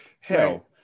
hell